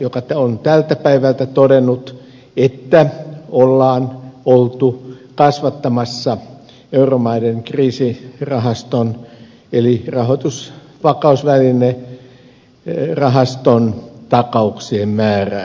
joka on tältä päivältä todennut että on oltu kasvattamassa euromaiden kriisirahaston eli rahoitusvakausvälinerahaston takauksien määrää